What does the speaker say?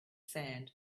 sand